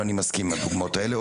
ואני מסכים עם הדוגמאות האלה,